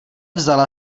vzala